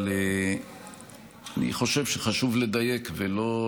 אבל אני חושב שחשוב לדייק ולא,